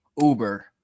uber